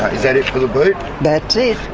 that it for the boot? that's it.